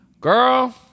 Girl